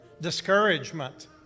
discouragement